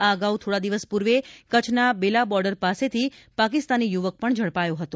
આ અગાઉ થોડા દિવસ પૂર્વે કચ્છના બેલા બોર્ડર પાસેથી પાકિસ્તાની યુવક પકડાયો હતો